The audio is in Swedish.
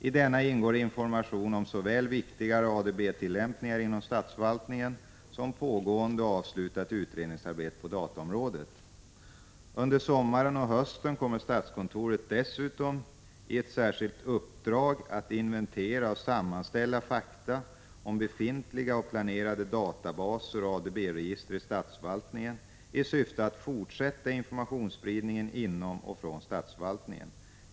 I denna ingår information om såväl viktigare ADB tillämpningar inom statsförvaltningen som pågående och avslutat utredningsarbete på dataområdet. Under sommaren och hösten kommer statskontoret dessutom i ett särskilt uppdrag att inventera och sammanställa fakta om befintliga och planerade databaser och ADB-register i statsförvaltningen i syfte att fortsätta informationsspridningen inom och från statsförvaltningen.